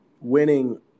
winning